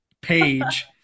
page